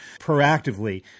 proactively